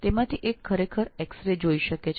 એમાંની એક આંખ વાસ્તવમાં ક્ષ કિરણો જોઈ શકે છે